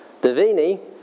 Davini